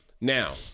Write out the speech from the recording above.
Now